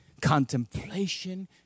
contemplation